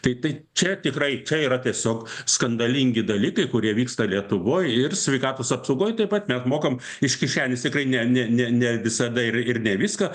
tai tai čia tikrai čia yra tiesiog skandalingi dalykai kurie vyksta lietuvoj ir sveikatos apsaugoj taip pat mes mokam iš kišenės tikrai ne ne ne ne visada ir ir ne viską